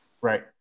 right